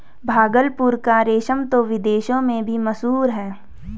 भागलपुर का रेशम तो विदेशों में भी मशहूर है